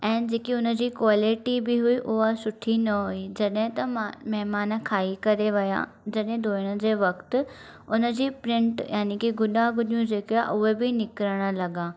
ऐं जेकी हुन जी क्वालिटी बि हुई उहा सुठी न हुई जॾहिं त मा महिमान खाई करे विया जॾहिं धुअण जे वक़्तु उन जी प्रिंट याने की गुडा गुडियूं जेके उहे बि निकिरणु लॻा